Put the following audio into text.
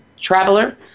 Traveler